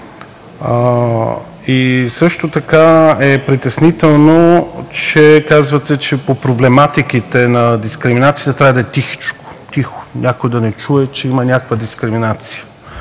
Също така е притеснително, че казвате, че по проблематиките на дискриминацията трябва да е тихо – някой да не чуе, че има някаква дискриминация.